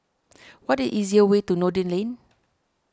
what the easiest way to Noordin Lane